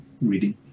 reading